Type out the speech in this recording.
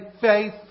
faith